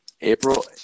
April